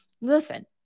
listen